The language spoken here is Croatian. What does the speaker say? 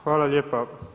Hvala lijepo.